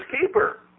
keeper